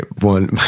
one